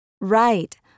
Right